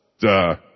duh